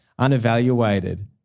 unevaluated